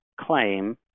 claim